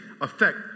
affect